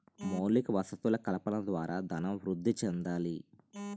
మౌలిక వసతులు కల్పన ద్వారా ధనం వృద్ధి చెందాలి